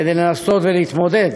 כדי לנסות להתמודד